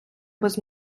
без